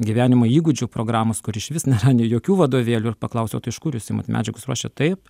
gyvenimo įgūdžių programos kur išvis nėra nei jokių vadovėlių ir paklausiau o tai iš kur jūs imat medžiagas ruošiat taip